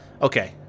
Okay